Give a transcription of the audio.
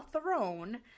throne